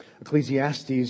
Ecclesiastes